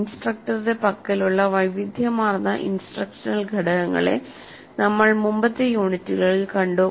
ഇൻസ്ട്രക്ടറുടെ പക്കലുള്ള വൈവിധ്യമാർന്ന ഇൻസ്ട്രക്ഷണൽ ഘടകങ്ങളെ നമ്മൾ മുമ്പത്തെ യൂണിറ്റുകളിൽ കണ്ടു